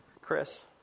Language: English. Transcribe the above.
Chris